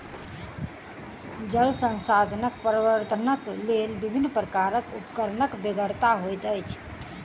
जल संसाधन प्रबंधनक लेल विभिन्न प्रकारक उपकरणक बेगरता होइत अछि